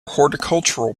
horticultural